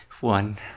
one